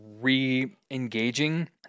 re-engaging